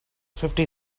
fifty